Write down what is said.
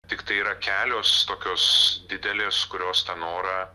tiktai yra kelios tokios didelės kurios tą norą